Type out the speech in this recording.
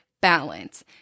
balance